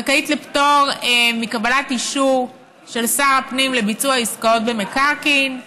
זכאית לפטור מקבלת אישור של שר הפנים לביצוע עסקאות במקרקעין,